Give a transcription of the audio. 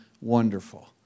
wonderful